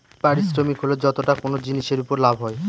পারিশ্রমিক হল যতটা কোনো জিনিসের উপর লাভ হয়